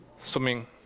Swimming